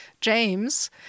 James